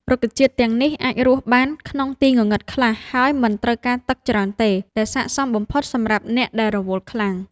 រុក្ខជាតិទាំងនេះអាចរស់បានក្នុងទីងងឹតខ្លះ ហើយមិនត្រូវការទឹកច្រើនទេ ដែលស័ក្តិសមបំផុតសម្រាប់អ្នកដែលរវល់ខ្លាំង។